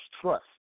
trust